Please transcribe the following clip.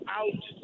out